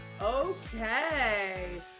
okay